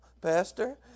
Pastor